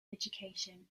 education